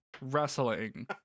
wrestling